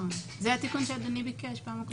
זה התיקון שאדוני ביקש בפעם הקודמת.